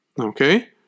Okay